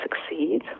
succeed